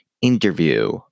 interview